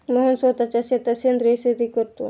मोहन स्वतःच्या शेतात सेंद्रिय शेती करतो